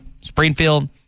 Springfield